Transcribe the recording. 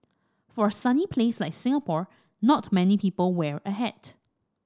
for a sunny place like Singapore not many people wear a hat